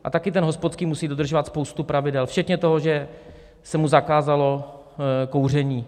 A taky ten hospodský musí dodržovat spoustu pravidel včetně toho, že se mu zakázalo kouření.